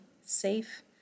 safe